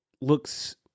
looks